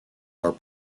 are